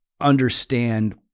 understand